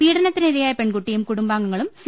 പീഡനത്തിനിരയായ പെൺകുട്ടിയും കുടുംബാംഗങ്ങളും സി